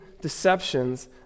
deceptions